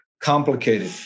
complicated